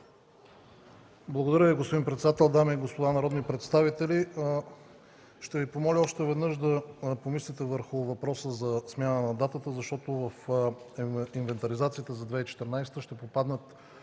Благодаря Ви, господин председател. Дами и господа народни представители, ще Ви помоля още веднъж да помислите върху въпроса за смяна на датата, защото в инвентаризацията за 2014 г. ще попаднат